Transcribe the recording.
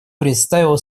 представила